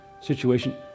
situation